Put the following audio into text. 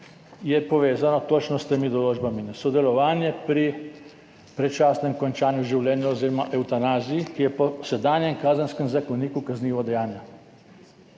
je povezano točno s temi določbami – sodelovanje pri predčasnem končanju življenja oziroma evtanaziji, ki je po sedanjem Kazenskem zakoniku kaznivo dejanje.